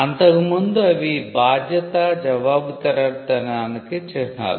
అంతకుముందు అవి బాధ్యతజవాబుదారితనానికి చిహ్నాలు